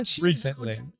recently